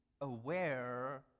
aware